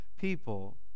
people